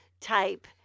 type